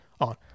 on